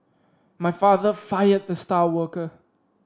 my father fired the star worker